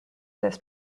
this